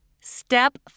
Step